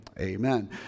amen